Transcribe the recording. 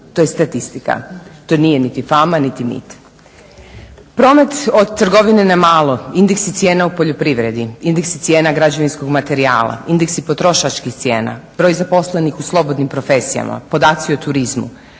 To je statistika, to nije niti fama niti mit. Promet od trgovine na malo, indeksi cijena u poljoprivredi, indeksi cijena građevinskog materijala, indeksi potrošačkih cijena, broj zaposlenih u slobodnim profesijama, podaci o turizmu,